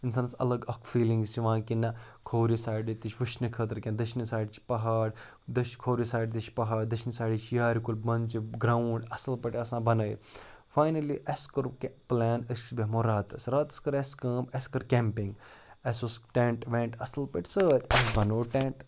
اِنسانَس اَلگ اَکھ فیٖلِنٛگٕس یِوان کہِ نَہ کھوٚورِ سایڈٕ تہِ چھِ وٕچھنہٕ خٲطرٕ کیٚنٛہہ دٔچھنہِ سایڈٕ چھِ پہاڑ دٔچھ کھوٚورِ سایڈٕ تہِ چھِ پہاڑ دٔچھنہِ سایڈٕ چھِ یارِ کُل بۄنہٕ چھُ گرٛاوُنٛڈ اَصٕل پٲٹھۍ آسان بَنٲیِتھ فاینٔلی اَسہِ کوٚر کیٚنٛہہ پٕلین أسۍ بیٚہمو راتَس راتَس کٔر اَسہِ کٲم اَسہِ کٔر کٮ۪مپِنٛگ اَسہِ اوس ٹٮ۪نٛٹ وٮ۪نٛٹ اَصٕل پٲٹھۍ سۭتۍ اَسہِ بَنوو ٹٮ۪نٛٹ